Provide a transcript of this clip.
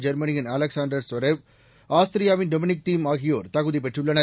ஜெர்மனியின் Alexander Zverev ஆஸ்திரியாவின் Dominic Thiem ஆகியோர் தகுதி பெற்றுள்ளனர்